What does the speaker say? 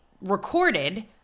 recorded